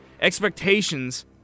Expectations